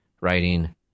writing